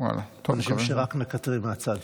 מאנשים שרק מקטרים מהצד.